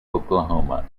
oklahoma